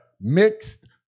mixed